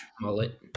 mullet